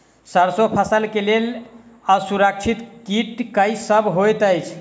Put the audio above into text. सैरसो फसल केँ लेल असुरक्षित कीट केँ सब होइत अछि?